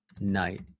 night